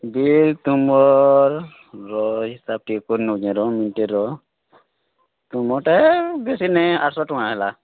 ଦୁଇ ତୁମର୍ ରହ ହିସାବ୍ ଟିକେ କରିନେଉଛେଁ ରହ ମିନ୍ଟେ ରହ ତୁମର୍ ଟା ବେଶି ନି ଆଠ୍ଶହ ଟଙ୍କା ହେଲା